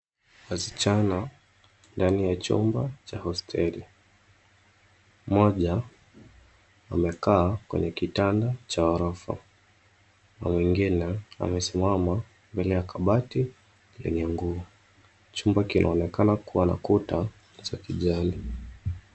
Wasichana ndani ya chumba cha hosteli. Mmoja amekaa kwenye kitanda cha orofa na mwingine amesimama mbele ya kabati lenye nguo. Chumba kinaonekana kuwa na kuta za kijani.